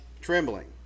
trembling